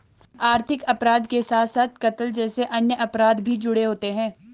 आर्थिक अपराध के साथ साथ कत्ल जैसे अन्य अपराध भी जुड़े होते हैं